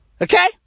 Okay